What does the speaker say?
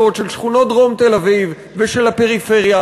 של שכונות דרום תל-אביב ושל הפריפריה,